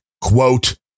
quote